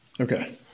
Okay